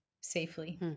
safely